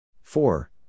four